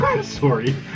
sorry